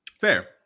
Fair